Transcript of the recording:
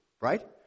right